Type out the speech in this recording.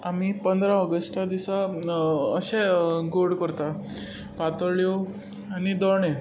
आमी पंदरा ऑगस्टा दिसा अशे गोड करता पातोळ्यो आनी दोणे